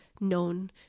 known